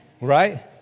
Right